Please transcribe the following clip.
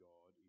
God